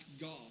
God